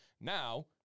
now